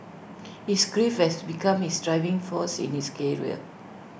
his grief has become his driving force in his career